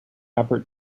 effort